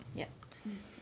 yup